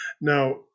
Now